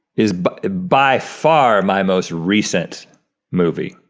is but by far my most recent movie.